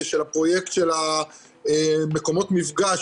של הפרויקט של מקומות המפגש.